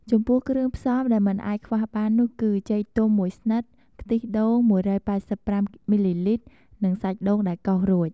ចំពោះគ្រឿងផ្សំដែលមិនអាចខ្វះបាននោះគឺ ចេកទុំមួយស្និត ខ្ទិះដូង ១៨៥ មីលីលីត្រ និងសាច់ដូងដែលកោសរួច ។